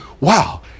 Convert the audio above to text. wow